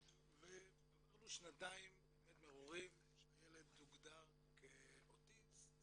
עברנו שנתיים באמת מרורים שהילד הוגדר כאוטיסט,